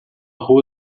rua